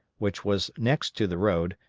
which was next to the road,